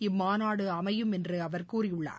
இம்மாநாடு அமையும் என்று அவர் கூறியுள்ளார்